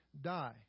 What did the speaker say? die